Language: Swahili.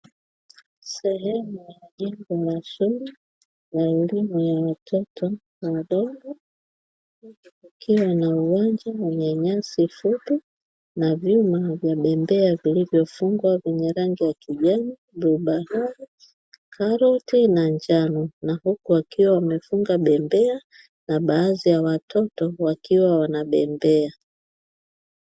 Sehemu ya majengo ya shule na elimu ya watoto wadogo, huku kukiwa na uwanja wenye nyasi fupi na vyuma vya bembea vilivyo fungwa vyenye rangi ya kijani, bluu bahari, karoti na njano na huku wakiwa wamefunga bembea, na baadhi ya watoto wakiwa wana bembea.